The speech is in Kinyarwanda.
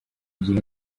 gihe